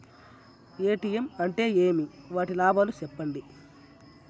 ATM అంటే ఏమి? వాటి లాభాలు సెప్పండి?